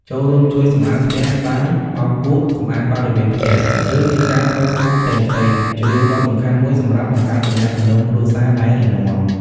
ចូលរួមជួយសម្អាតផ្ទះបាយ បោកគក់ សម្អាតបរិវេណផ្ទះ ឬកិច្ចការតូចធំផ្សេងៗ ជារឿងដ៏សំខាន់មួយសម្រាប់បង្កើតទំនាក់ទំនងគ្រួសារដែលរឹងមាំ។